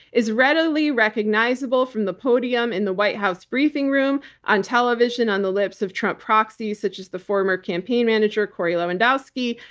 is readily recognizable from the podium in the white house briefing room, on television on the lips of trump proxies such as the former campaign manager, corey lewandowski,